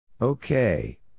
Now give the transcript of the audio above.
Okay